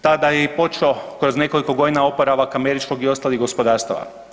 Tada je i počeo kroz nekoliko godina oporavak američkog i ostalih gospodarstava.